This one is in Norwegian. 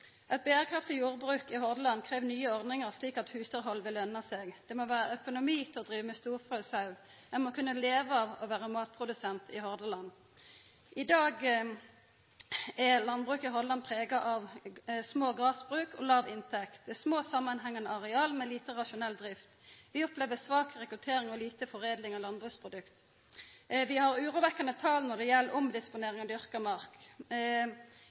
Eit berekraftig jordbruk i Hordaland krev nye ordningar, slik at husdyrhald vil lønna seg. Det må vera økonomi til å driva med storfe og sau. Ein må kunna leva av å vera matprodusent i Hordaland. I dag er landbruket i Hordaland prega av små gardsbruk og låg inntekt. Det er små samanhengande areal med lite rasjonell drift. Vi opplever svak rekruttering og lite foredling av landbruksprodukt. Vi har urovekkjande tal når det gjeld omdisponering av dyrka mark.